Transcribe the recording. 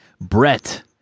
Brett